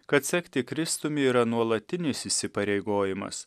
kad sekti kristumi yra nuolatinis įsipareigojimas